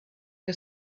que